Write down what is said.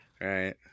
right